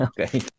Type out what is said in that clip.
Okay